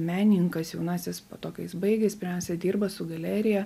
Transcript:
menininkas jaunasis po to kai jis baigia jis pirmiausia dirba su galerija